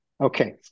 okay